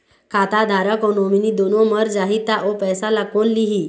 खाता धारक अऊ नोमिनि दुनों मर जाही ता ओ पैसा ला कोन लिही?